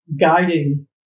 guiding